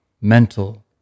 mental